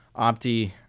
Opti